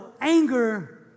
anger